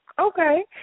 Okay